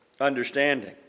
understanding